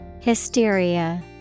Hysteria